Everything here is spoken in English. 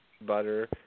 butter